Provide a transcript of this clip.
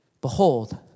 behold